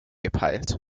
gepeilt